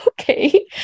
okay